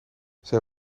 zij